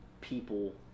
people